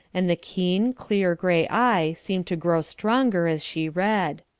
and the keen, clear gray eye seemed to grow stronger as she read.